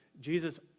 Jesus